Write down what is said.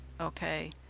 Okay